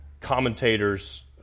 commentators